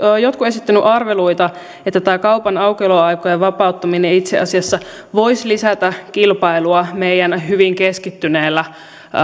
jotkut esittäneet arveluita että tämä kaupan aukioloaikojen vapauttaminen itse asiassa voisi lisätä kilpailua meidän hyvin keskittyneellä